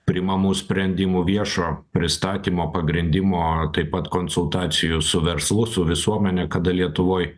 priimamų sprendimų viešo pristatymo pagrindimo taip pat konsultacijų su verslu su visuomene kada lietuvoj